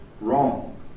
Wrong